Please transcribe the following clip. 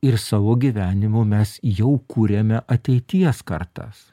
ir savo gyvenimu mes jau kuriame ateities kartas